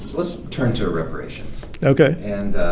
let's turn to reparations. okay. and